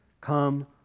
Come